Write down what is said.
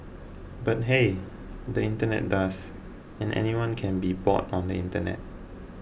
but hey the internet does and anything can be bought on the internet